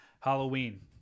Halloween